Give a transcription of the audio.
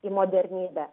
į modernybę